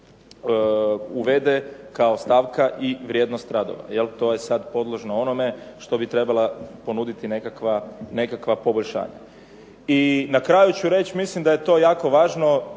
uvede kao stavka i vrijednost radova. To je sad podložno onome što bi trebala ponuditi nekakva poboljšanja. I na kraju ću reći, mislim da je to jako važno,